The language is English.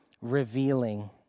revealing